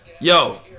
Yo